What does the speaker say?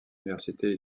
université